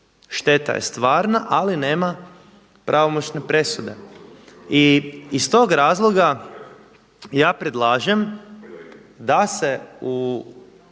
Šteta je stvarna, ali nema pravomoćne presude. I iz tog razloga ja predlažem da se u